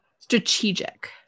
strategic